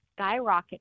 skyrocketed